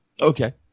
Okay